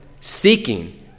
seeking